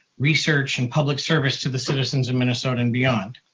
research and public service to the citizens of minnesota and beyond.